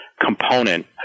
component